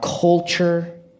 culture